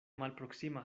malproksima